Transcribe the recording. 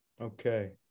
Okay